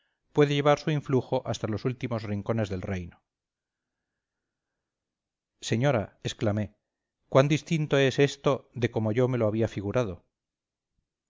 puede llevar su influjo hasta los últimos rincones del reino señora exclamé cuán distinto es todo esto de como yo me lo había figurado